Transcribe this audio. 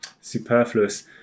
superfluous